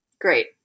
great